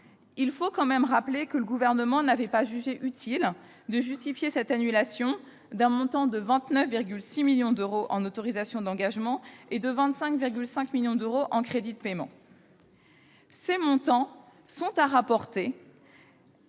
Il faut tout de même rappeler que le Gouvernement n'avait pas jugé utile de justifier cette annulation, portant sur 29,6 millions d'euros en autorisations d'engagement et 25,5 millions d'euros en crédits de paiement, des montants à rapporter